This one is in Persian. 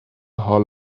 حال